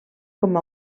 com